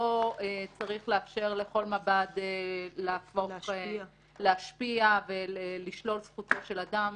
לא צריך לאפשר לכל מב"ד להשפיע ולשלול זכותו של אדם.